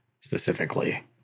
specifically